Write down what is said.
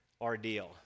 ordeal